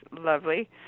lovely